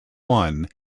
one